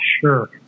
Sure